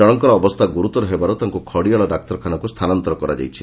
ଜଶଙ୍କର ଅବସ୍ଥା ଗୁରୁତର ହେବାରୁ ତାଙ୍ଙୁ ଖଡ଼ିଆଳ ଡାକ୍ତରଖାନାକୁ ସ୍ଥାନାନ୍ତର କରାଯାଇଛି